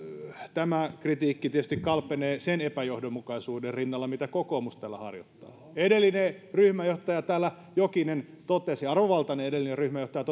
tämä kritiikki tietysti kalpenee sen epäjohdonmukaisuuden rinnalla mitä kokoomus täällä harjoittaa edellinen ryhmänjohtaja jokinen arvovaltainen edellinen ryhmänjohtaja